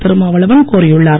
திருமாவளவன் கோரியுள்ளார்